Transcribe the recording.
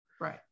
Right